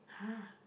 !huh!